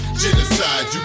genocide